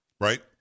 Right